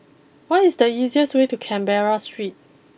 what is the easiest way to Canberra Street